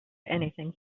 anything